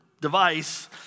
device